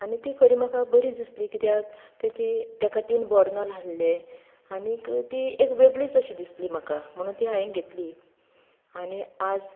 आनी ती खरी म्हाका बरी दिसली कित्याक तेची तेका तीन बर्नर आहले आनीक ती एक वेगळींच अशीं दिसली म्हाका म्हणून ती हांयें घेतली आनी आज